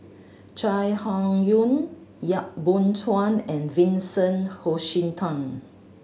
Chai Hon Yoong Yap Boon Chuan and Vincent Hoisington